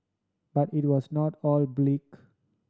but it was not all bleak